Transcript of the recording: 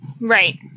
Right